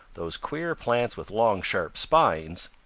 those queer plants with long sharp spines,